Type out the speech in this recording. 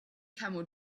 camel